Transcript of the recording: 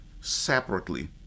separately